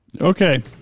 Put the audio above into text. Okay